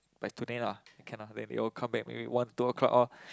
by today lah then can ah then they all come back maybe one two o-clock loh